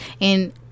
And-